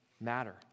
matter